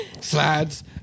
slides